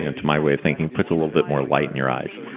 and to my way of thinking, puts a little bit more light in your eyes.